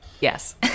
yes